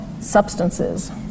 substances